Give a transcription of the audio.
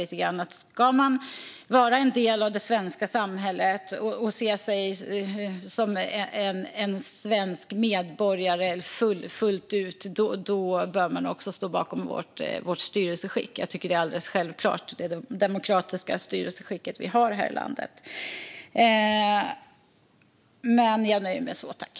Ska man vara en del av det svenska samhället och se sig som svensk medborgare fullt ut bör man också stå bakom det demokratiska styrelseskick vi har i det här landet. Jag tycker att det är alldeles självklart.